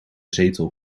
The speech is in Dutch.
zetel